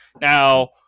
Now